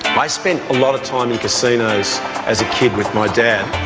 i spent a lot of time in casinos as a kid with my dad,